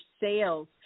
sales